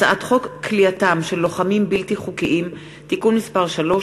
הצעת חוק כליאתם של לוחמים בלתי חוקיים (תיקון מס' 3),